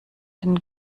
den